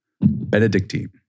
Benedictine